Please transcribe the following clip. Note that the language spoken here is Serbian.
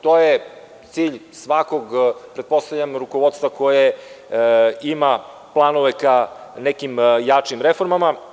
To je cilj svakog rukovodstva koje ima planove ka nekim jačim reformama.